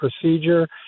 procedure